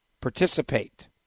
participate